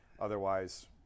Otherwise